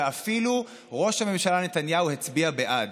ואפילו ראש הממשלה נתניהו הצביע בעד.